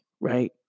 right